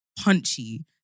punchy